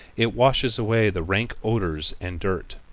it washes away the rank odors and dirt.